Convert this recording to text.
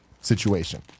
situation